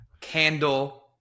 candle